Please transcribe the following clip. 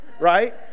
right